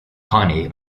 pawnee